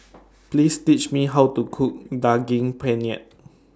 Please Tell Me How to Cook Daging Penyet